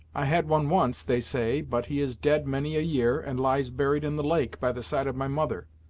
i had one once, they say, but he is dead many a year, and lies buried in the lake, by the side of my mother.